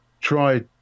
try